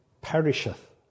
perisheth